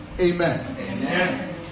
Amen